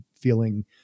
feeling